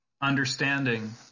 understanding